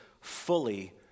fully